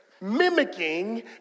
mimicking